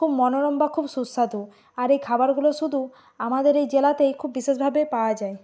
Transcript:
খুব মনোরম বা খুব সুস্বাদু আর এই খাবারগুলো শুধু আমাদের এই জেলাতেই খুব বিশেষভাবে পাওয়া যায়